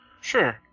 Sure